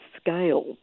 scale